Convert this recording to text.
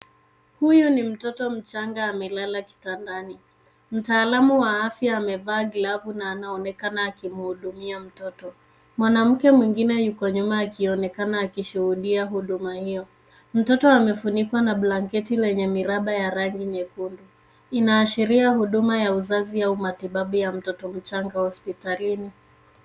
Huyu ni mtoto mchanga amelala kitandani .Mtaalamu wa afya amevaa glavu na anaonekana akimhudumia mtoto. Mwanamke mwingine yuko nyuma akionekana akishuhudia huduma hiyo. Mtoto amefunikwa na blanketi lenye miraba ya rangi nyekundu. Inaashiria huduma ya uzazi au umatibabu ya mtoto mchanga hospitalini.